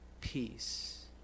peace